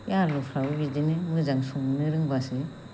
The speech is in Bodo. बे आलुफ्राबो बिदिनो मोजां संनो रोंबासो